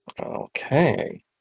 Okay